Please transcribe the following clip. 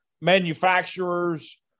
manufacturers